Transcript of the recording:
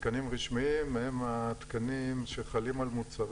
קיימים בארץ כ-500 תקנים רשמיים שחלים על מוצרים